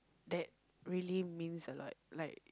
that really means a lot like